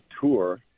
tour